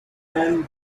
and